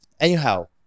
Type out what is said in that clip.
anyhow